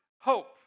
Hope